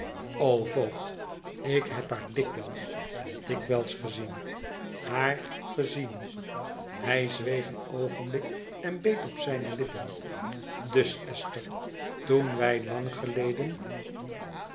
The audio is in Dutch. o voogd ik heb haar dikwijls en dikwijls gezien haar gezien hij zweeg een oogenblik en beet op zijne lippen dus esther toen wij lang geleden